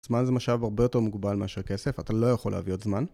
זמן זה משאב הרבה יותר מגובל מאשר כסף, אתה לא יכול להביא עוד זמן